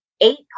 eight